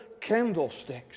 candlesticks